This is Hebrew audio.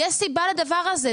יש סיבה לדבר הזה.